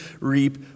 reap